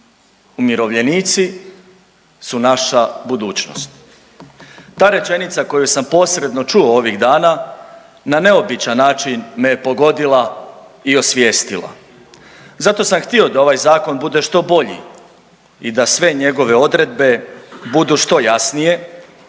Umirovljenici su naša budućnost. Ta rečenica koju sam posredno čuo ovih dana na neobičan način me je pogodila i osvijestila. Zato sam htio da ovaj zakon bude što bolji i da sve njegove odredbe budu što jasnije